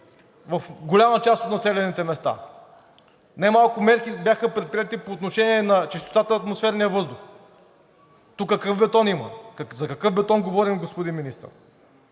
в голяма част от населените места, немалко мерки бяха предприети по отношение на чистотата на атмосферния въздух. Тук какъв бетон има, за какъв бетон говорим, господин Министър?